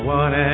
one